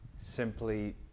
simply